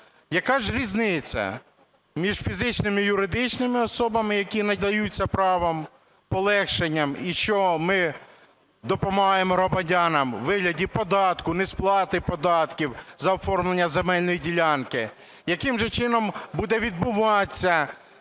Яка ж різниця між фізичними і юридичними особами, які надаються правом, полегшенням, і що ми допомагаємо громадянам у вигляді податку, несплати податків за оформлення земельної ділянки? Яким же чином буде відбуватися